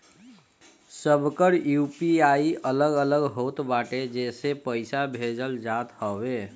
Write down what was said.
सबकर यू.पी.आई अलग अलग होत बाटे जेसे पईसा भेजल जात हवे